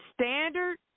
standard